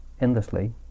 endlessly